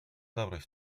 dobroć